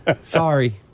Sorry